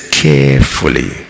carefully